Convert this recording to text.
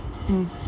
mm